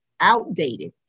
outdated